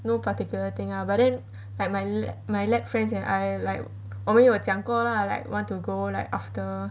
no particular thing lah but then like my my lab friends and I like 我们有讲过 lah like want to go like after